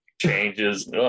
changes